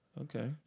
Okay